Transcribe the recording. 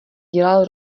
dělal